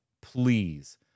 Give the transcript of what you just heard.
please